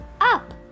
Up